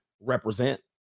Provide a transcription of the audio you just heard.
Represent